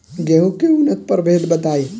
गेंहू के उन्नत प्रभेद बताई?